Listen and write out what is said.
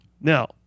Now